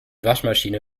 waschmaschine